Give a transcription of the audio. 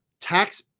tax